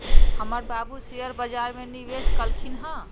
हमर बाबू शेयर बजार में निवेश कलखिन्ह ह